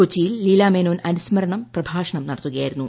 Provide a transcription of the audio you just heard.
കൊച്ചിയിൽ ലീലാ മേനോൻ അനുസ്മരണം പ്രഭാഷണം നടത്തുകയായിരുന്നു അദ്ദേഹം